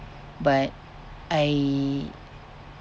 but I